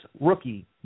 rookie